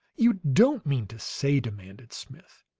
you don't mean to say, demanded smith,